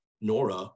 NORA